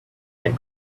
had